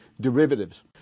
derivatives